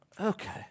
okay